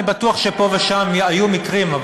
אני בטוח שפה ושם היו מקרים,